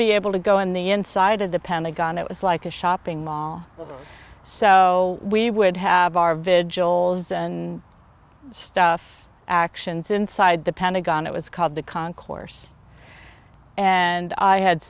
be able to go in the inside of the pentagon it was like a shopping mall so we would have our vigils and stuff actions inside the pentagon it was called the concourse and i had